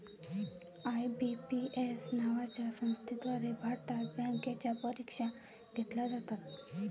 IBPS नावाच्या संस्थेद्वारे भारतात बँकांच्या परीक्षा घेतल्या जातात